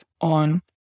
on